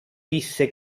disse